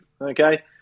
Okay